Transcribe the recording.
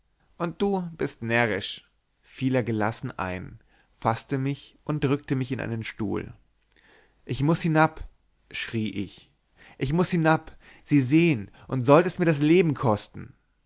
und du bist närrisch fiel er gelassen ein faßte mich und drückte mich in einen stuhl lch muß hinab schrie ich ich muß hinab sie sehen und sollt es mir das leben kosten